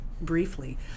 briefly